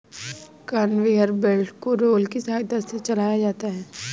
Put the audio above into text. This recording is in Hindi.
कनवेयर बेल्ट को रोलर की सहायता से चलाया जाता है